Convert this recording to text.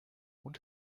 und